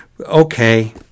Okay